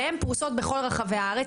והן פרושות בכל רחבי הארץ.